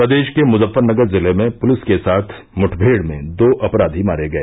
प्रदेश के मुजफ्फरनगर जिले में पुलिस के साथ मुठभेड़ में दो अपराधी मारे गए